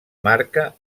marca